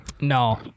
No